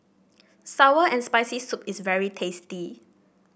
sour and Spicy Soup is very tasty